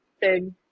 big